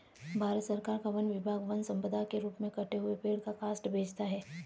भारत सरकार का वन विभाग वन सम्पदा के रूप में कटे हुए पेड़ का काष्ठ बेचता है